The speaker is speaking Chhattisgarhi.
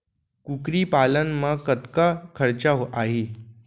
कुकरी पालन म कतका खरचा आही?